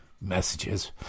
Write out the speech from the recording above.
messages